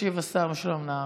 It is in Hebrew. ישיב סגן השר משולם נהרי.